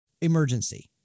emergency